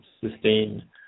sustain